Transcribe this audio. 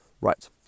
Right